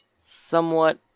Somewhat